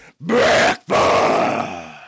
breakfast